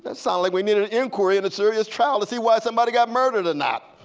that sounds like we need an inquiry, and a serious trial to see why somebody got murdered or not.